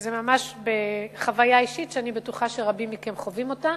זו ממש חוויה אישית שאני בטוחה שרבים מכם חווים אותה.